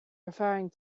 referring